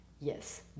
Yes